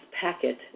packet